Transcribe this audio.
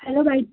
hello by